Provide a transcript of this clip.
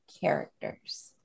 characters